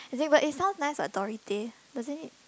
as in but it sounds nice what Dory tay doesn't it